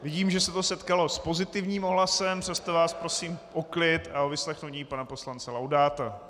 Vidím, že se to setkalo s pozitivním ohlasem, přesto vás prosím o klid a o vyslechnutí pana poslance Laudáta.